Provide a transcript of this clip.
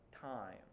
time